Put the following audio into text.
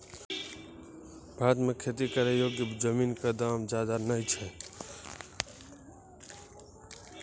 भारत मॅ खेती करै योग्य जमीन कॅ दाम ज्यादा नय छै